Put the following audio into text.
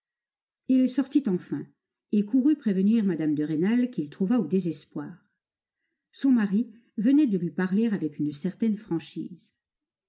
il sortit enfin et courut prévenir mme de rênal qu'il trouva au désespoir son mari venait de lui parler avec une certaine franchise